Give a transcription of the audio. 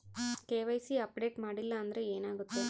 KYC update ಮಾಡಿಲ್ಲ ಅಂದ್ರೆ ಏನಾಗುತ್ತೆ?